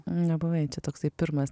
nebuvai čia toksai pirmas